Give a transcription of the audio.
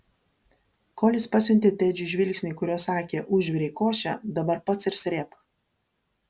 kolis pasiuntė tedžiui žvilgsnį kuriuo sakė užvirei košę dabar pats ir srėbk